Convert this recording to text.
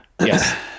yes